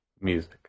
music